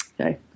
Okay